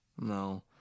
No